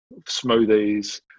smoothies